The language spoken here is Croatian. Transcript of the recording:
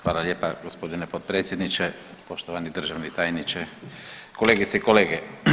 Hvala lijepa g. potpredsjedniče, poštovani državni tajniče, kolegice i kolege.